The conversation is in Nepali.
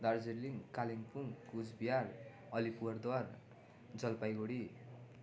दार्जिलिङ कालिम्पोङ कुचबिहार अलिपुरद्वार जलपाइगुडी